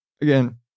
again